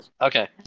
Okay